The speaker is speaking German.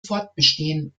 fortbestehen